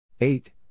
Eight